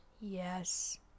Yes